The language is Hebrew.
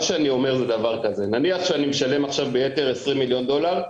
מה שאני אומר זה דבר כזה: נניח שאני משלם עכשיו ביתר 20 מיליון דולר,